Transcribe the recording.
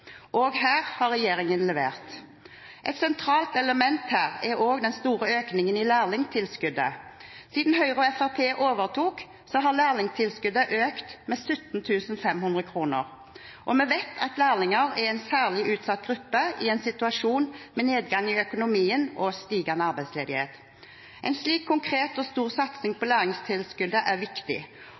Også her har regjeringen levert. Et sentralt element her er også den store økningen i lærlingtilskuddet. Siden Høyre og Fremskrittspartiet overtok, har lærlingtilskuddet økt med 17 500 kr. Vi vet at lærlinger er en særlig utsatt gruppe i en situasjon med nedgang i økonomien og stigende arbeidsledighet. En slik konkret og stor satsing på lærlingtilskuddet er viktig